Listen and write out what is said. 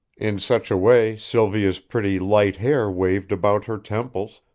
in such a way sylvia's pretty light hair waved about her temples,